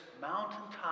mountaintop